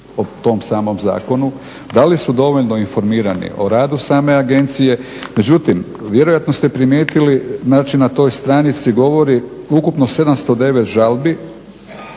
o tom samom zakonu? da li su dovoljno informirani o radu same agencije? Međutim vjerojatno ste primijetili na toj stranici govori ukupno 709 žalbi,